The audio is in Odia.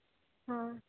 ହଁ